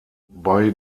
bei